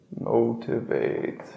motivate